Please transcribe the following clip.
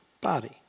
body